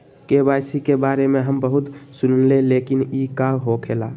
KYC के बारे में हम बहुत सुनीले लेकिन इ का होखेला?